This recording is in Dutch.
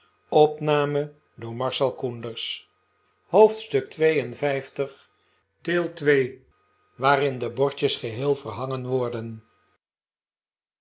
waarin de bordjes geheel verhangen wordeu